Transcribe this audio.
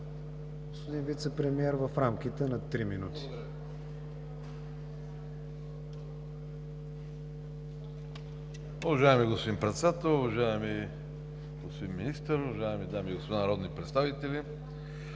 господин Вицепремиер, в рамките на 3 минути.